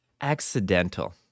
accidental